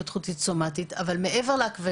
אבל מעבר לזה,